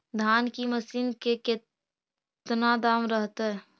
धान की मशीन के कितना दाम रहतय?